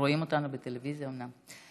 רואים אותנו בטלוויזיה, אומנם.